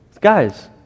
Guys